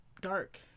dark